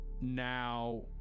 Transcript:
now